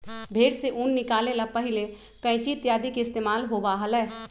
भेंड़ से ऊन निकाले ला पहले कैंची इत्यादि के इस्तेमाल होबा हलय